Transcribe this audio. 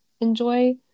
enjoy